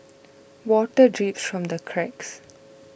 water drips from the cracks